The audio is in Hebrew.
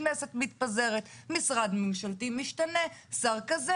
התוכנית עומדת בפני מוסד תכנון שהסמכות נתונה בידיו להכריע בתוכניות